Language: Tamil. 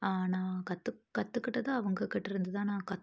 நான் கற்று கற்றுக்கிட்டது அவங்க கிட்டருந்து தான் நான்